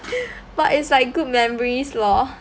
but it's like good memories lor